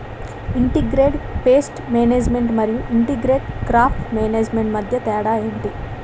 integrated pest management మరియు integrated crop management మధ్య తేడా ఏంటి